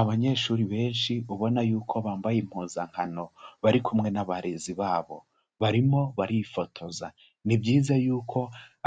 Abanyeshuri benshi ubona yuko bambaye impuzankano bari kumwe n'abarezi babo. Barimo barifotoza. Ni byiza yuko